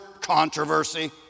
controversy